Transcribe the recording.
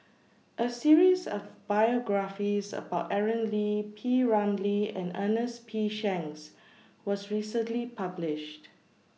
A series of biographies about Aaron Lee P Ramlee and Ernest P Shanks was recently published